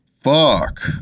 Fuck